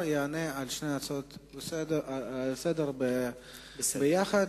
יענה על שתי ההצעות לסדר-היום יחד,